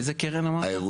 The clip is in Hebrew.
איזה קרן אמרת?